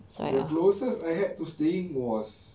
the closest I had for staying was